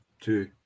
two